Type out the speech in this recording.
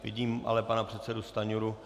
Vidím ale pana předsedu Stanjuru.